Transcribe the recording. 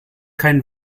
kein